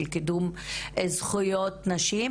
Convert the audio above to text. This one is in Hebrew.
של קידום זכויות נשים,